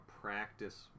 practice